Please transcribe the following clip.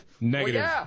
negative